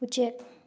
ꯎꯆꯦꯛ